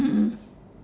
mm